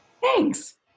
Thanks